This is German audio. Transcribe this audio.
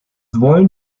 wollen